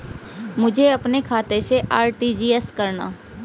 मुझे अपने खाते से आर.टी.जी.एस करना?